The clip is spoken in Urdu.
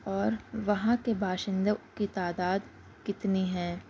اور وہاں کے باشندوں کی تعداد کتنی ہے